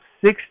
six